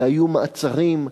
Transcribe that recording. ו"היו מעצרים",